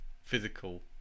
Physical